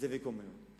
שזאביק אומר.